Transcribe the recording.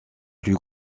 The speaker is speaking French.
plus